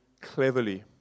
cleverly